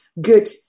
good